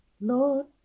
Lord